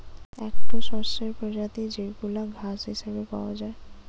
একটো শস্যের প্রজাতি যেইগুলা ঘাস হিসেবে পাওয়া যায়